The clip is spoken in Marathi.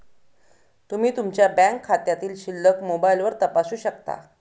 तुम्ही तुमच्या बँक खात्यातील शिल्लक मोबाईलवर तपासू शकता